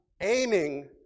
aiming